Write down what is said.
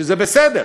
וזה בסדר,